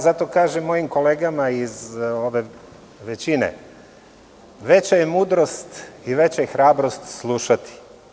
Zato kažem mojim kolegama iz većine, veća je mudrost i veća je hrabrost slušati.